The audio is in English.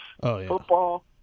Football